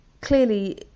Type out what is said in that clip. Clearly